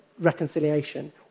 reconciliation